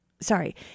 sorry